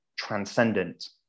transcendent